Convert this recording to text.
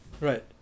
Right